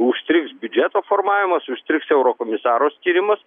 užstrigs biudžeto formavimas užstrigs eurokomisaro skyrimas